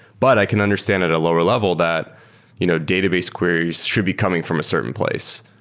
but i can understand at a lower level that you know database queries should be coming from a certain place.